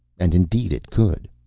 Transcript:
and indeed it could.